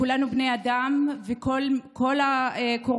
כולנו בני אדם וכל הקורבנות